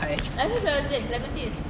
I also don't understand clementi is